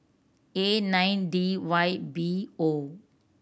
A nine D Y B O